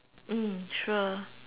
mm sure